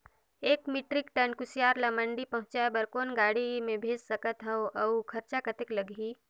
एक metric tonne कुसियार ल मंडी पहुंचाय बर कौन गाड़ी मे भेज सकत हव अउ खरचा कतेक लगही?